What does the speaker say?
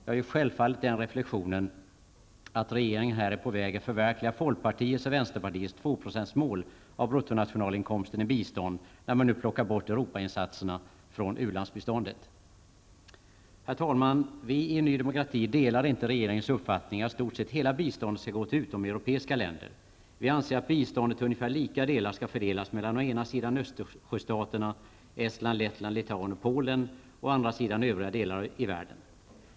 Jag gör självfallet den reflexionen att regeringen här är på väg att förverkliga folkpartiets och vänsterpartiets tvåprocentsmål av bruttonationalinkomsten i bistånd när man nu plockar bort Europainsatserna från u-landsbiståndet. Herr talman! Vi i nydemokrati delar inte regeringens uppfattning att i stort sett hela biståndet skall gå till utomeuropeiska länder. Vi anser att biståndet till ungefär lika delar skall fördelas mellan å ena sidan Östersjöstaterna Estland, Lettland, Litauen och Polen och å andra sidan övriga delar av världen.